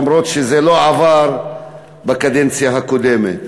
אף-על-פי שזה לא עבר בקדנציה הקודמת.